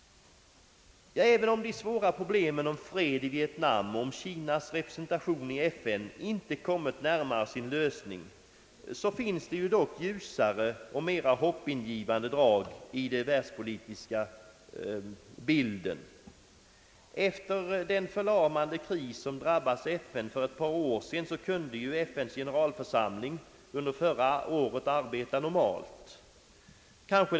Även om de svåra problemen om fred i Vietnam och Kinas representation i FN inte kommit närmare sin lösning, finns det dock ljusare och mera hoppingivande drag i den världspolitiska bilden. Efter den förlamande kris som drabbade FN för ett par år sedan, kunde FN:s generalförsamling under förra året arbeta normalt. Kanske.